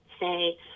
say